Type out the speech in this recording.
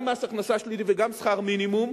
גם מס הכנסה שלילי וגם שכר מינימום.